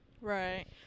Right